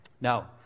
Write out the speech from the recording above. Now